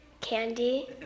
Candy